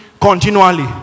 continually